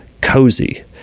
cozy